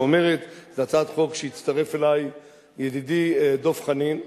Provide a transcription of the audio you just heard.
זו הצעת חוק שהצטרף בה אלי ידידי דב חנין,